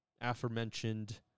aforementioned